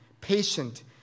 patient